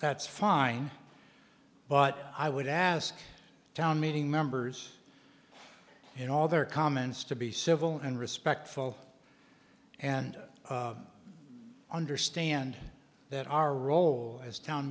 that's fine but i would ask the town meeting members in all their comments to be civil and respectful and understand that our role as town